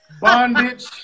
Bondage